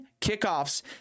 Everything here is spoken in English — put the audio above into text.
kickoffs